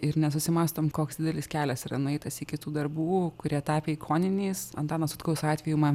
ir nesusimąstom koks didelis kelias yra nueitas iki tų darbų kurie tapę ikoniniais antano sutkaus atveju man